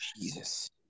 Jesus